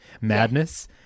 madness